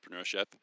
entrepreneurship